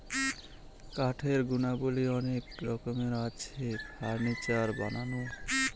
কাঠের গুণাবলী অনেক রকমের আছে, ফার্নিচার বানানো